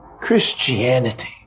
Christianity